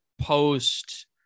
post